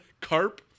carp